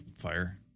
fire